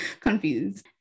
confused